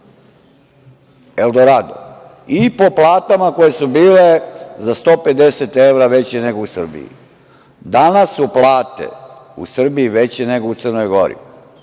Eldorado i po platama koje su bile za 150 evra veće nego u Srbiji. Danas su plate u Srbiji veće nego u Crnoj Gori.